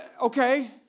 okay